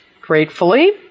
gratefully